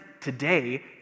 today